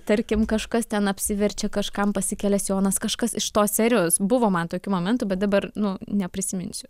tarkim kažkas ten apsiverčia kažkam pasikelia sijonas kažkas iš tos serijos buvo man tokių momentų bet dabar nu neprisiminsiu